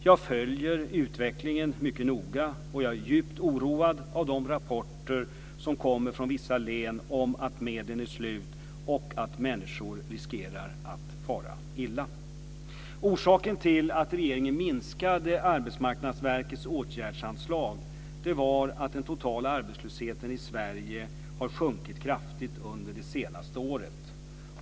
Jag följer utvecklingen mycket noga, och jag är djupt oroad av de rapporter som kommer från vissa län om att medlen är slut och att människor riskerar att fara illa. Orsaken till att regeringen minskade Arbetsmarknadsverkets åtgärdsanslag var att den totala arbetslösheten i Sverige har sjunkit kraftigt under det senaste året.